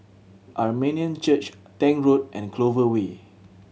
Armenian Church Tank Road and Clover Way